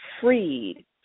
freed